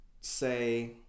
say